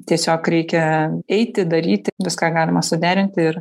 tiesiog reikia eiti daryt viską galima suderinti ir